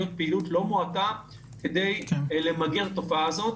פעילות לא מועטה כדי למגר את התופעה הזאת.